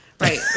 Right